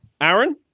Aaron